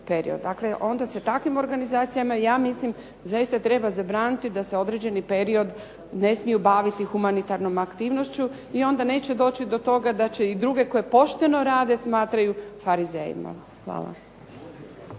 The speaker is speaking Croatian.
Dakle, onda se takvim organizacijama, ja mislim, zaista treba zabraniti da se određeni period ne smiju baviti humanitarnom aktivnošću i onda neće doći do toga da će i druge koje pošteno rade smatraju farizejima. Hvala.